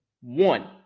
One